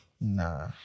Nah